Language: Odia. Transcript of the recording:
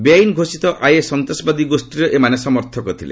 ବେଆଇନ୍ ଘୋଷିତ ଆଇଏସ୍ ସନ୍ତ୍ରାସବାଦୀ ଗୋଷ୍ଠୀର ଏମାନେ ସମର୍ଥକ ଥିଲେ